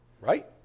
Right